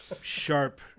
sharp